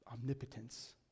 omnipotence